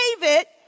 David